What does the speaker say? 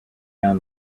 down